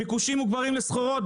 ביקושים מוגברים לסחורות,